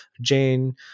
Jane